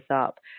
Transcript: up